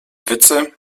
witze